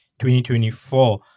2024